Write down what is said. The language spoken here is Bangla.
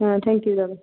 হ্যাঁ থ্যাংক ইউ দাদা